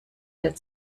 der